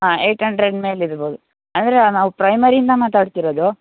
ಹಾಂ eight hundred ಮೇಲೆ ಇರ್ಬೋದು ಅಂದರೆ ನಾವು ಪ್ರೈಮರಿಯಿಂದ ಮಾತಾಡ್ತಿರೋದು